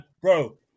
bro